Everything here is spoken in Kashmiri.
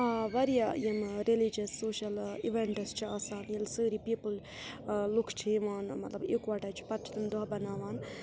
آ واریاہ یِم ریٚلِجَس سوشَل اِوٮ۪نٛٹٕس چھِ آسان ییٚلہِ سٲری پیٖپٕل لُکھ چھِ یِوان مطلب یِکوَٹَے چھِ پَتہٕ چھِ تِم دۄہ بَناوان